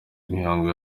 imihango